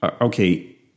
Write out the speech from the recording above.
okay